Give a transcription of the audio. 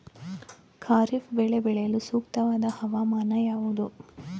ಖಾರಿಫ್ ಬೆಳೆ ಬೆಳೆಯಲು ಸೂಕ್ತವಾದ ಹವಾಮಾನ ಯಾವುದು?